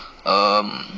um